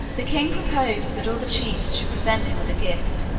the king proposed that all the chiefs should present him with a gift,